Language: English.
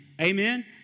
Amen